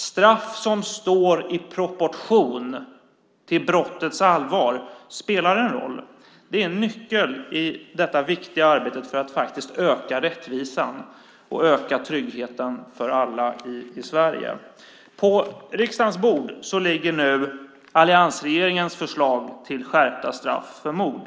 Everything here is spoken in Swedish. Straff som står i proportion till brottets allvar spelar en roll. Det är en nyckel i det viktiga arbetet för att öka rättvisan och tryggheten för alla i Sverige. På riksdagens bord ligger alliansregeringens förslag till skärpta straff för mord.